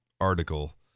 article